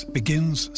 begins